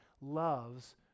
loves